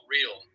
Real